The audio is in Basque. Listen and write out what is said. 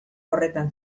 horretan